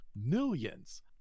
millions